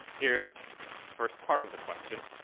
here's the first part of the question.